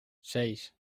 seis